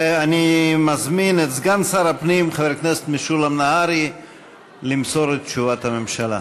אני מזמין את סגן שר הפנים חבר הכנסת משולם נהרי למסור את תשובת הממשלה.